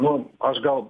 nu aš gal